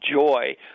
joy